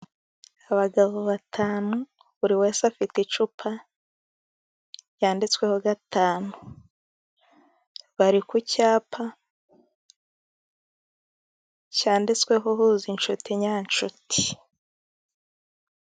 Abagabo batanu, buri wese afite icupa ryanditsweho gatanu. Bari ku cyapa cyanditsweho, Huza inshuti nyanshuti.